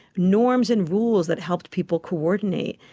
norms and rules that helped people coordinate.